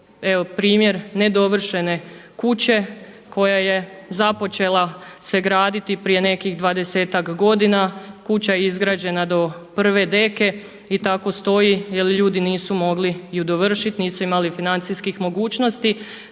primjer nedovršene kuće koja se započela graditi prije nekih dvadesetak godina. Kuća je izgrađena do prve deke i tako stoji jel ljudi nisu mogli ju dovršiti, nisu imali financijskih mogućnosti.